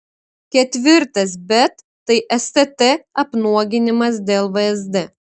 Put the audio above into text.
ketvirtas bet tai stt apnuoginimas dėl vsd